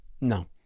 No